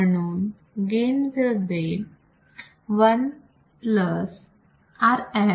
म्हणून gain will be 1RfRi